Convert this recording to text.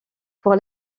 pour